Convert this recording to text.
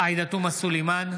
עאידה תומא סלימאן,